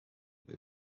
või